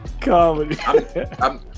comedy